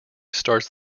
starts